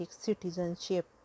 citizenship